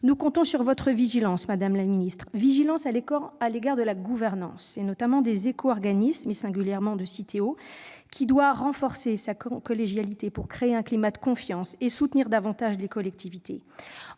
nous comptons sur votre vigilance, madame la secrétaire d'État, à l'égard de la gouvernance des éco-organismes, et singulièrement de Citeo, qui doit renforcer la collégialité en son sein pour créer un climat de confiance et soutenir davantage les collectivités.